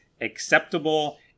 acceptable